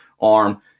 arm